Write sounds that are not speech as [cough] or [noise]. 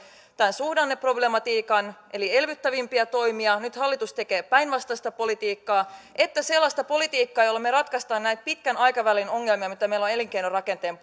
tämän suhdanneproblematiikan eli elvyttävämpiä toimia nyt hallitus tekee päinvastaista politiikkaa että sellaista politiikkaa jolla me ratkaisemme näitä pitkän aikavälin ongelmia mitä meillä on elinkeinorakenteen [unintelligible]